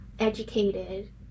educated